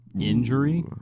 Injury